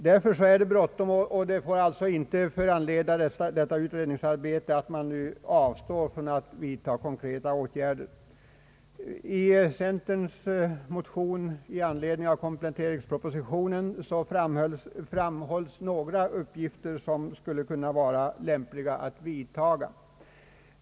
Därför är det bråttom, och detta utredningsarbete får inte föranleda att man avstår från att vidta konkreta åtgärder. I centerpartiets motion i anledning av kompletteringspropositionen framhålls några åtgärder som det skulle kunna vara lämpligt att vidtaga.